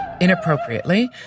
inappropriately